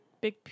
big